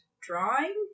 drawing